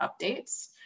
updates